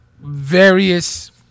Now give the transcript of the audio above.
various